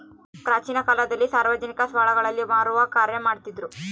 ಪ್ರಾಚೀನ ಕಾಲದಲ್ಲಿ ಸಾರ್ವಜನಿಕ ಸ್ಟಳಗಳಲ್ಲಿ ಮಾರುವ ಕಾರ್ಯ ಮಾಡ್ತಿದ್ರು